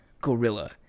gorilla